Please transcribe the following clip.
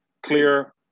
clear